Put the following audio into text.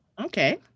okay